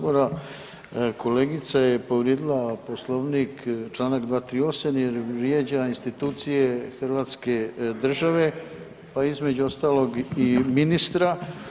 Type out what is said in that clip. Kolegica je povrijedila Poslovnik čl. 238. jer vrijeđa institucije Hrvatske države pa između ostalog ministra.